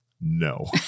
no